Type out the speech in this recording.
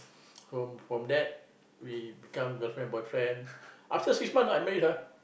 so from that we become girlfriend boyfriend after six months I married her